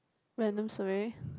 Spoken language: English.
pardon sorry